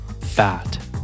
Fat